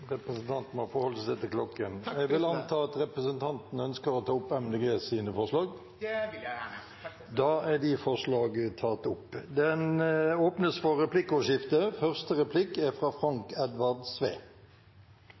Representanten må forholde seg til klokken. Jeg vil anta at representanten ønsker å ta opp Miljøpartiet De Grønnes forslag? Det vil jeg gjerne. Representanten Rauand Ismail har tatt opp